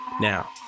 Now